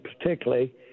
particularly